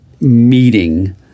meeting